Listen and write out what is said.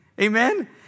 Amen